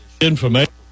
information